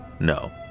No